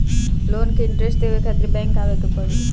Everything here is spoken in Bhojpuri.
लोन के इन्टरेस्ट देवे खातिर बैंक आवे के पड़ी?